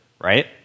right